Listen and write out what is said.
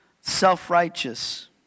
self-righteous